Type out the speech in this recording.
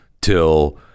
till